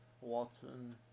Watson